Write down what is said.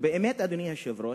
באמת, אדוני היושב-ראש,